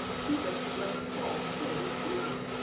felix left paul still in prison.